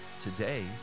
Today